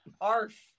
arf